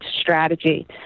strategy